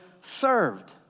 served